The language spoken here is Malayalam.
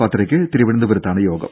പത്തരയ്ക്ക് തിരുവനന്തപുരത്താണ് യോഗം